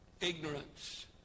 ignorance